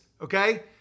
okay